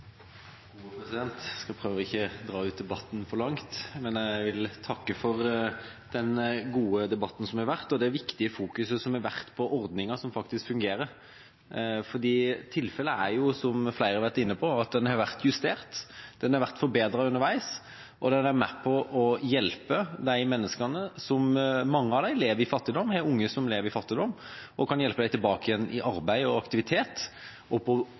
gode debatten som har vært, og det viktige fokuset som har vært på ordninga, som faktisk fungerer. Tilfellet er jo, som flere har vært inne på, at den har vært justert – den har vært forbedret underveis, og den er med på å hjelpe de menneskene som lever i fattigdom, i hvert fall mange av dem, og som har unger som lever i fattigdom, tilbake igjen i arbeid og aktivitet for på